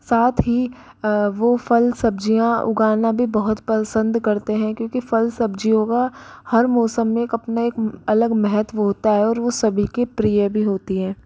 साथ ही वह फल सब्ज़ियाँ उगाना भी बहुत पसंद करते हैं क्योंकि फल सब्ज़ियों का हर मौसम में एक अपना एक अलग महत्व होता है और वह सभी के प्रिय भी होती है